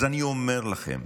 אז אני אומר לכם,